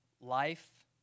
life